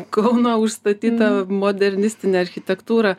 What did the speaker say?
kauną užstatytą modernistine architektūra